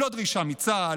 לא דרישה מצה"ל,